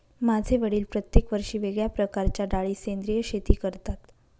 माझे वडील प्रत्येक वर्षी वेगळ्या प्रकारच्या डाळी सेंद्रिय शेती करतात